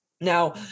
Now